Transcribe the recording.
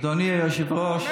אדוני היושב-ראש.